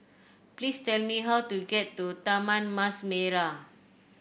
please tell me how to get to Taman Mas Merah